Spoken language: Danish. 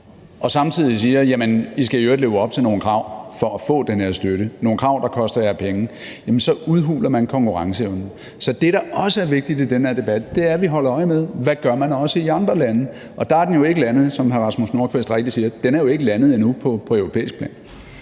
og samtidig siger, at de i øvrigt skal leve op til nogle krav for at få den her støtte, nogle krav, der koster dem penge, så udhuler man konkurrenceevnen. Så det, der også er vigtigt i den her debat, er, at vi også holder øje med, hvad man gør i andre lande. Og der er den jo ikke, som hr. Rasmus Nordqvist rigtigt siger, landet endnu på europæisk plan.